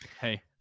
hey